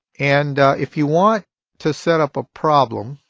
and if you want to set up a problem,